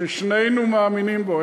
ששנינו מאמינים בו.